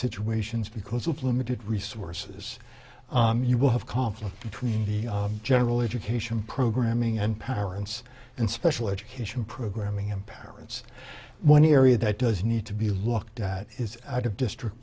situations because of limited resources you will have conflict between the general education programming and parents and special education programming and parents one area that does need to be looked at is out of district